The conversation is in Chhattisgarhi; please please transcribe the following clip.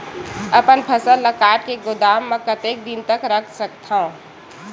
अपन फसल ल काट के गोदाम म कतेक दिन तक रख सकथव?